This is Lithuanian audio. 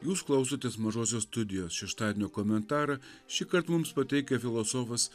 jūs klausotės mažosios studijos šeštadienio komentarą šįkart mums pateikia filosofas